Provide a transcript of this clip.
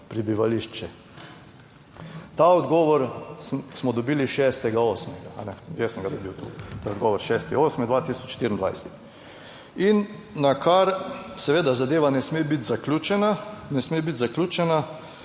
prebivališče. Ta odgovor smo dobili 6. 8., jaz sem ga dobil, ta odgovor, 6. 8. 2024. In nakar seveda zadeva ne sme biti zaključena. Ne sme biti zaključena,